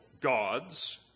gods